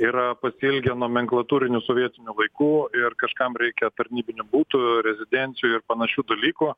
yra pasiilgę nomenklatūrinių sovietinių laikų ir kažkam reikia tarnybinių butų rezidencijų ir panašių dalykų